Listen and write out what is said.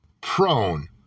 prone